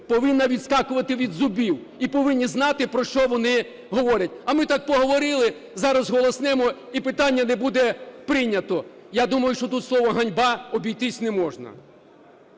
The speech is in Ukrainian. повинна відскакувати від зубів , і повинні знати, про що вони говорять. А ми так, поговорили, зараз голоснемо - і питання не буде прийнято. Я думаю, що тут словом "ганьба" обійтись не можна.